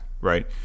Right